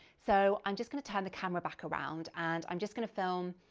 so i'm just gonna turn the camera back around, and i'm just gonna film.